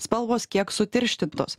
spalvos kiek sutirštintos